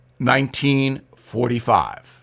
1945